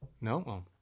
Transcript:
no